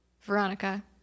Veronica